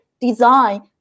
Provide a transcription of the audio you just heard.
design